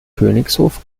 königshof